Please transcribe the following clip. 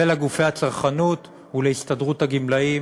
ולגופי הצרכנות ולהסתדרות הגמלאים